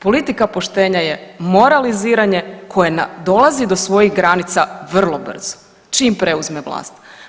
Politika poštenja je moraliziranje koje nadolazi do svojih granica vrlo brzo, čim preuzme vlast.